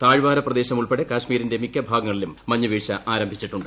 താഴ്വാര പ്രദേശം ഉൾപ്പെടെ കൾമീരിന്റെ മിക്ക ഭാഗങ്ങളിലും മഞ്ഞുവീഴ്ച ആരംഭിച്ചിട്ടുണ്ട്